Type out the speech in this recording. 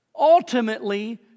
ultimately